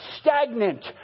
stagnant